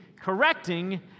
correcting